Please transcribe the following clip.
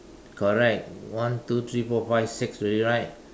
correct one two three four five six already right